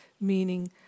meaning